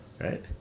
right